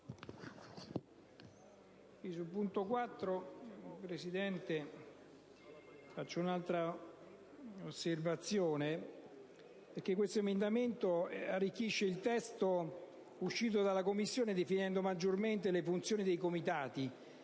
l'emendamento 4.250 arricchisce il testo uscito dalla Commissione definendo maggiormente le funzioni dei Comitati,